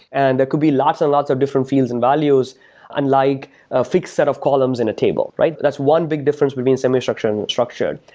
and there could be lots and lots of different fields and values unlike a fixed set of columns in a table. that's one big difference between semi-structured and structured.